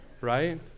right